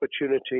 opportunity